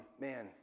man